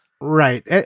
Right